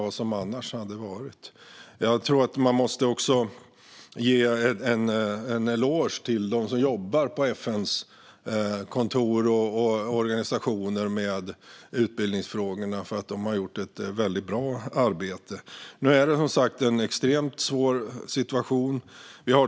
Jag tror att man också måste ge en eloge till dem som jobbar på FN:s kontor och organisationer med utbildningsfrågorna för att de har gjort ett väldigt bra arbete. Nu är det, som sagt, en extremt svår situation.